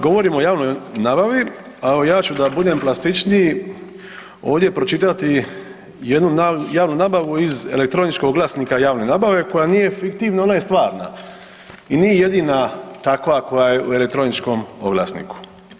Govorimo o javnoj nabavi, a ja ću, da budem plastičniji, ovdje pročitati jednu javnu nabavu iz elektroničkog glasnika javne nabave, koja nije fiktivna, ona je stvarna i nije jedina takva koja je u elektroničkom oglasniku.